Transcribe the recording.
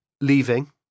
leaving